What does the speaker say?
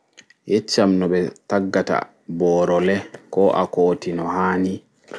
Yeccam no ɓe tagga ta ɓoro le ko akoti no haani